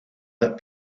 that